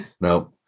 No